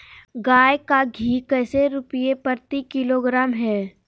गाय का घी कैसे रुपए प्रति किलोग्राम है?